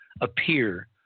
appear